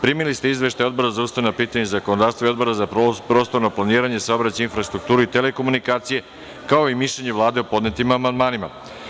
Primili ste izveštaj Odbora za ustavna pitanja i zakonodavstvo i Odbora za prostorno planiranje, saobraćaj, infrastrukturu i telekomunikacije, kao i mišljenje Vlade o podnetim amandmanima.